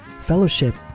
fellowship